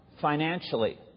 financially